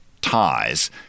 ties